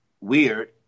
weird